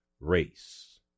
race